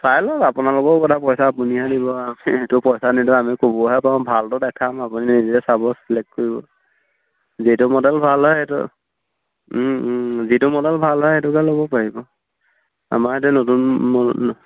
চাই লওক আপোনালোকৰো কথা পইচা আপুনিহে দিব আ আমিটো পইচা নিদো আমি ক'বহে পাৰোঁ ভালটো দেখাম আপুনি নিজে চাব চিলেক্ট কৰিব যিটো মডেল ভাল হয় সেইটো যিটো মডেল ভাল হয় সেইটোকে ল'ব পাৰিব আমাৰতে নতুন ম